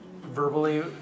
verbally